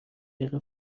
دقیقه